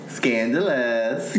scandalous